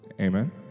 Amen